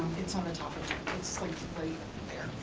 it's on the top of it, it's like right there.